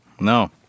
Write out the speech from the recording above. No